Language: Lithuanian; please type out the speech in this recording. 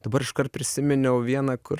dabar iškart prisiminiau vieną kur